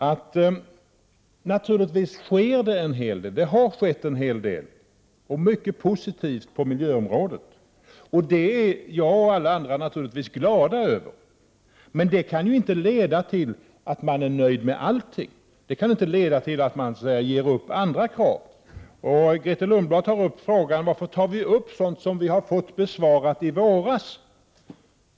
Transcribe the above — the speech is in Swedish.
Det har naturligtvis skett en hel del — och mycket positivt — på miljöområdet, och jag och alla andra är glada över det. Men det kan inte leda till att vi är nöjda med allt och att vi ger upp andra krav. Grethe Lundblad frågar varför oppositionen tar upp sådant som besvarades i våras.